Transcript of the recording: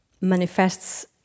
manifests